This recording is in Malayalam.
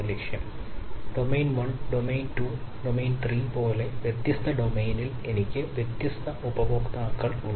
ആക്സസ് റിസ്കും പോലെ വ്യത്യസ്ത ഡൊമെയ്നിൽ എനിക്ക് വ്യത്യസ്ത ഉപഭോക്താവ് ഉണ്ട്